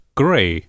gray